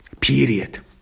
period